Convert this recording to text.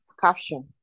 Caption